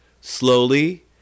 Slowly